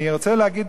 אני רוצה להגיד,